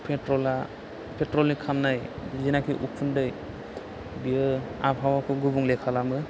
पेट्रला पेट्रलनि खामनाय जेनाखि उखुन्दै बियो आबहावाखौ गुबुंले खालामो